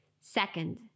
Second